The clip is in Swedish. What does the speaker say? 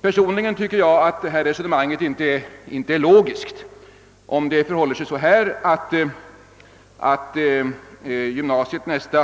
Personligen tycker jag inte att detta resonemang: är logiskt. Om gymnasiet nästa